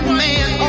man